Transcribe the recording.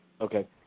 Okay